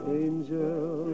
angel